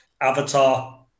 Avatar